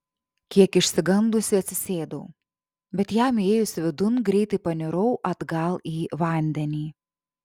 kiek išsigandusi atsisėdau bet jam įėjus vidun greitai panirau atgal į vandenį